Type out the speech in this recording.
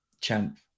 champ